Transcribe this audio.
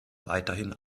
weiterhin